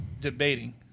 debating